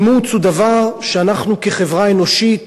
אימוץ הוא דבר שאנחנו כחברה אנושית